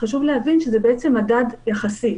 חשוב להבין שבעצם זה מדד יחסי,